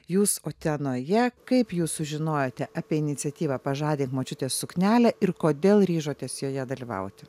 jūs utenoje kaip jūs sužinojote apie iniciatyvą pažadink močiutės suknelę ir kodėl ryžotės joje dalyvauti